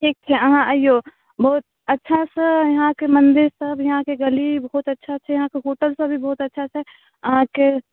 ठीक छै अहाँ अइऔ बहुत अच्छासँ यहाँके मन्दिरसब यहाँके गली बहुत अच्छा छै यहाँके होटलसब भी बहुत अच्छा छै अहाँके